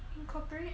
incorporate